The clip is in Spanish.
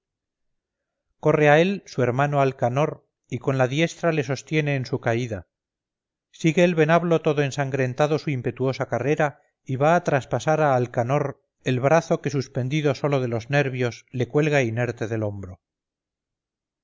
corre a él su hermano alcanor y con la diestra le sostiene en su caída sigue el venablo todo ensangrentado su impetuosa carrera y va a traspasar a alcanor el brazo que suspendido sólo de los nervios le cuelga inerte del hombro